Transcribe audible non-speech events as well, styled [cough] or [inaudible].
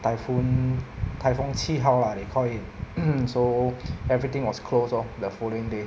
typhoon 台风七号 lah they call it [coughs] so everything was closed off the following day